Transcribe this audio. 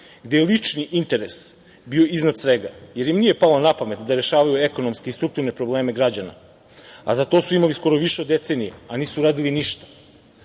gde je lični interes bio iznad svega, jer im nije palo napamet da rešavaju ekonomske i strukturne probleme građana. Za to su imali skoro više od decenije, a nisu uradili